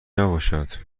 نباشد